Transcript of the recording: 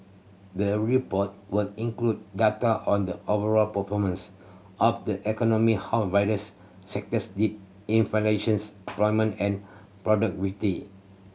the report will include data on the overall performance of the economy how various sectors did inflation employment and